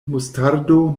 mustardo